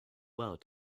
well